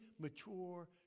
mature